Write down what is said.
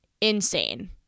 insane